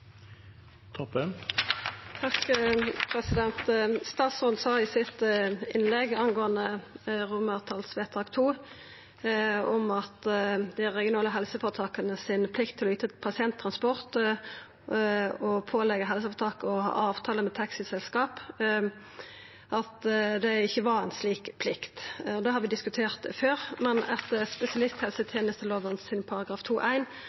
Statsråden sa i sitt innlegg angåande vedtak II, om dei regionale helseføretaka si plikt til å yta pasienttransport og påleggja helseføretak å ha avtale med taxiselskap, at det ikkje var ei slik plikt. Det har vi diskutert før, men